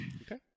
Okay